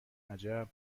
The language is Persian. عجب